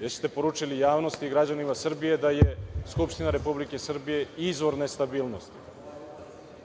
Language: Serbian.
jer ste poručili javnosti i građanima Srbije da je Skupština Republike Srbije izvor nestabilnosti.